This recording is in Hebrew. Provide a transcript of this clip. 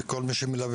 ושל כל מי שמלווה,